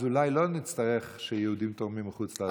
אז אולי לא נצטרך שיהודים תורמים מחוץ לארץ.